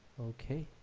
okay,